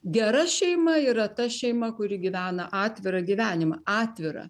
gera šeima yra ta šeima kuri gyvena atvirą gyvenimą atvirą